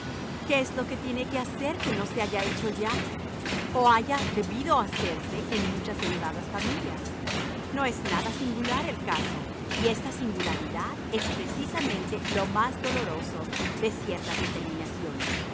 qué es lo que tiene que hacer que no se haya hecho ya o haya debido hacerse en muchas elevadas familias no es nada singular el caso y esta singularidad es precisamente lo más doloroso de ciertas determinaciones